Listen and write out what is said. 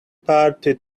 party